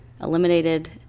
eliminated